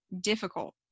difficult